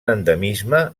endemisme